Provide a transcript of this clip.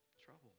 trouble